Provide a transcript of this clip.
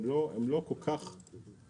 הם לא כל כך שכיחים,